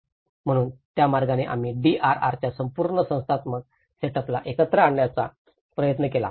म्हणून त्या मार्गाने आम्ही DRR च्या संपूर्ण संस्थात्मक सेटअपला एकत्र आणण्याचा प्रयत्न केला